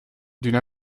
d’une